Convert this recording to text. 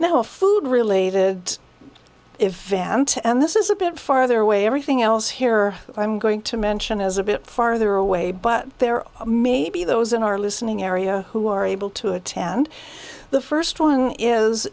no food related event and this is a bit farther away everything else here i'm going to mention is a bit farther away but there may be those in our listening area who are able to attend the first one is